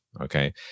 okay